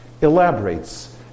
elaborates